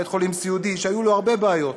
בית-חולים סיעודי שהיו בו הרבה בעיות,